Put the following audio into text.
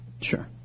Sure